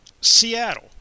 Seattle